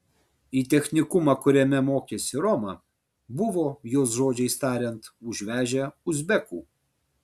į technikumą kuriame mokėsi roma buvo jos žodžiais tariant užvežę uzbekų